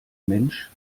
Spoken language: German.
mensch